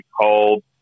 called